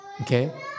Okay